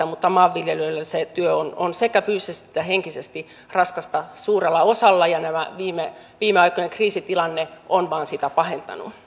mutta maanviljelijöillä se työ on sekä fyysisesti että henkisesti raskasta suurella osalla ja viime aikojen kriisitilanne on vain sitä pahentanut